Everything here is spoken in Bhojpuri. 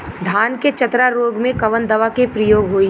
धान के चतरा रोग में कवन दवा के प्रयोग होई?